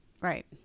Right